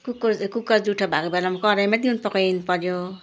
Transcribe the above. cooker cooker जुठो भएको बेलामा कराहीमै तिहुन पकाइदिनु पर्यो